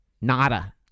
Nada